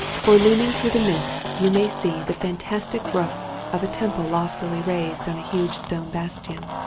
for looming through the mist you may see the fan tastic roofs of a temple loftily raised on a huge stone bastion,